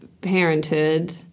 parenthood